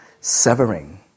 severing